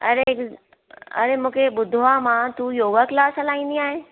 अड़े अड़े मूंखे ॿुधो आहे मां तूं योगा क्लास हलाईंदी आहीं